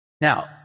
Now